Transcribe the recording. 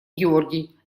георгий